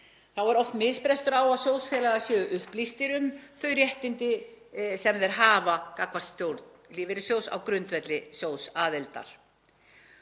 Þá er oft misbrestur á að sjóðfélagar séu upplýstir um þau réttindi sem þeir hafa gagnvart stjórn lífeyrissjóðs á grundvelli sjóðsaðildar.